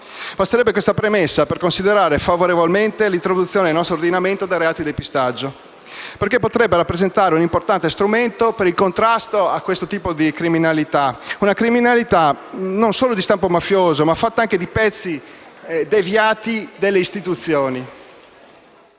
Basterebbe questa premessa per considerare favorevolmente l'introduzione nel nostro ordinamento del reato di depistaggio; potrebbe, infatti, rappresentare un importante strumento per il contrasto alla criminalità, una criminalità non solo di stampo mafioso, ma fatta anche di pezzi deviati delle istituzioni.